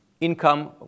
income